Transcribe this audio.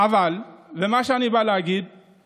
מה שאני בא להגיד הוא